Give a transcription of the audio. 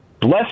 bless